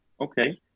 okay